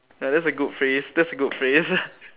that's a good phrase that's a good phrase